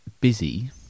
busy